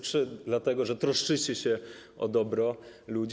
Czy dlatego, że troszczycie się o dobro ludzi?